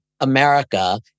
America